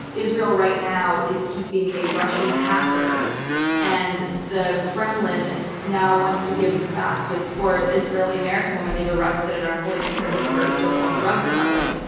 israel right now is keeping a russian hacker and the kremlin now wants to give back this poor israeli-american woman they've arrested and are holding in prison for so-called drug smuggling,